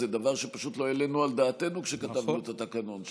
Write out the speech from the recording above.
זה דבר שפשוט לא העלינו על דעתנו כשכתבנו את התקנון,